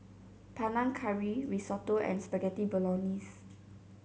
Panang Curry Risotto and Spaghetti Bolognese